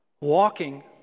walking